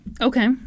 Okay